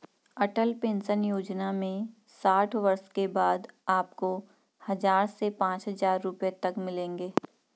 अटल pension Yojana में साठ वर्ष के बाद आपको हज़ार से पांच हज़ार रुपए तक मिलेंगे